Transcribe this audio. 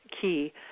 key